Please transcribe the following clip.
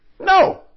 No